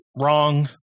wrong